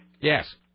Yes